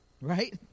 Right